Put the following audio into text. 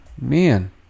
Man